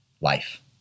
life